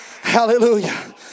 Hallelujah